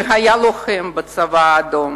שהיה לוחם בצבא האדום